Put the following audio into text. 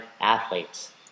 athletes